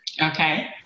Okay